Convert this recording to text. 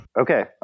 Okay